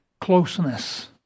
closeness